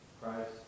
Christ